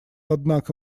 однако